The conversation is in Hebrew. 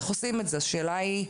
למים,